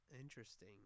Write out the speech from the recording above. Interesting